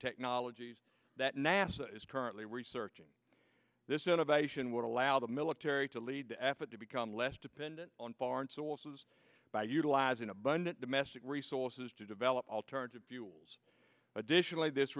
technologies that nasa is currently researching this innovation would allow the military to lead the effort to become less dependent on foreign sources by utilizing abundant domestic resources to develop alternative fuels additionally this